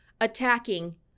attacking